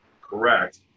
correct